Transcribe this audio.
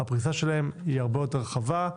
הפריסה שלהם הרבה יותר רחבה.